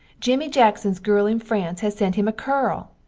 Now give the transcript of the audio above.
jimmy jacksons girl in france has sent him a curl!